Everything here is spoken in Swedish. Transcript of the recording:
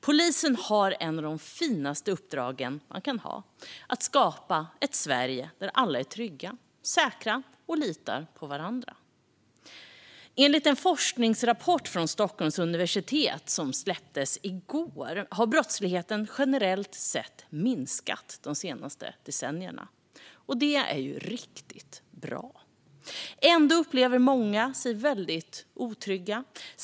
Polisen har ett av de finaste uppdragen man kan ha; att skapa ett Sverige för alla där alla är trygga och säkra och litar på varandra. Enligt en forskningsrapport från Stockholms universitet som släpptes i går har brottsligheten generellt sett minskat de senaste decennierna. Det är riktigt bra. Ändå upplever många sig väldigt otrygga.